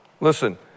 Listen